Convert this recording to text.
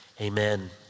Amen